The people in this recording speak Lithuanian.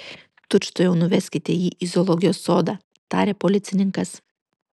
tučtuojau nuveskite jį į zoologijos sodą tarė policininkas